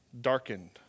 darkened